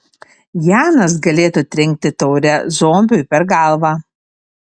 janas galėtų trenkti taure zombiui per galvą